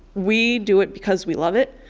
we do it because we love it.